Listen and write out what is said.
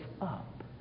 up